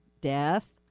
death